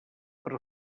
per